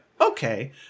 Okay